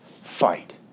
fight